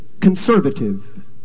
conservative